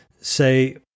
say